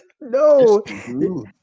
no